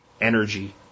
energy